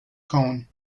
cone